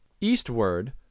eastward